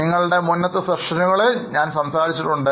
നിങ്ങളോട് മുന്നത്തെ Sessionകളിൽ പറഞ്ഞിട്ടുണ്ട്